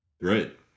Right